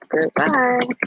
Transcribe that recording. Goodbye